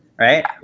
right